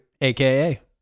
AKA